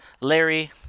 Larry